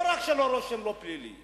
להקל עליהם לבוא להיות שייכים לעם ישראל,